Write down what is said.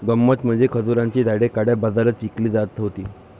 गंमत म्हणजे खजुराची झाडे काळ्या बाजारात विकली जात होती